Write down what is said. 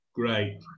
Great